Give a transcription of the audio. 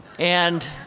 and